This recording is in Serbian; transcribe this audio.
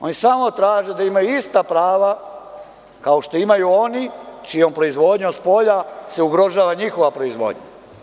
Oni samo traže da imaju ista prava, kao što imaju oni čijom proizvodnjom spolja se ugrožava njihova proizvodnja.